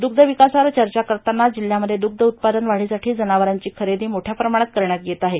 दुग्व विकासावर चर्चा करताना जिल्ह्यामध्ये दुग्व उत्पादन वाढीसाठी जनावरांची खरेदी मोठ्या प्रमाणात करण्यात येत आहे